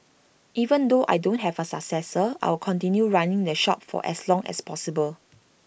even though I don't have A successor I'll continue running the shop for as long as possible